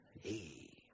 Hey